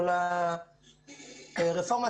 כל הרפורמה,